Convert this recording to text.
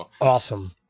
awesome